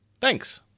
Thanks